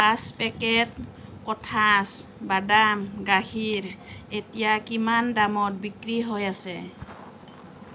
পাঁচ পেকেট কোঠাছ বাদাম গাখীৰ এতিয়া কিমান দামত বিক্ৰী হৈ আছে